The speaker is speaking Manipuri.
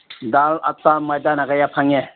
ꯗꯥꯜ ꯑꯇꯥ ꯃꯣꯏꯗꯥꯅ ꯀꯌꯥ ꯐꯪꯉꯦ